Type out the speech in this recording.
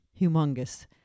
humongous